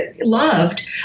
loved